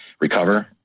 recover